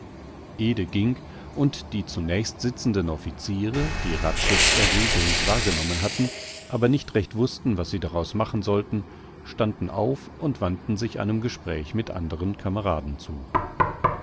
ging und die zunächst sitzenden offiziere die hradscheck's erregung wahrgenommen hatten aber nicht recht wußten was sie daraus machen sollten standen auf und wandten sich einem gespräch mit andren kameraden zu